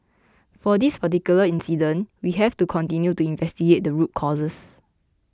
for this particular incident we have to continue to investigate the root causes